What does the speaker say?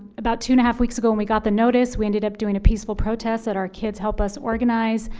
about two and a half weeks ago when we got the notice, we ended up doing a peaceful protest that our kids help us organize.